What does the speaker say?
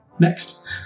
Next